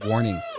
Warning